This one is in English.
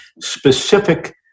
specific